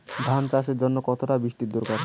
ধান চাষের জন্য কতটা বৃষ্টির দরকার?